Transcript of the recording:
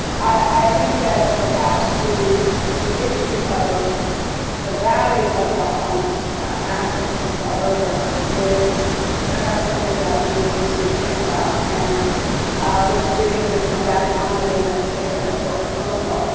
i think that perhaps the the issue of the value of the homes after this is all over is perhaps something that we need to think about and i wish jimmy could come back on, but he had to take that important phone call.